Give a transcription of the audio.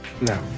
No